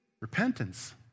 repentance